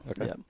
Okay